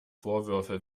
vorwürfe